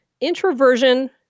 introversion